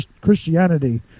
Christianity